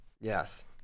Yes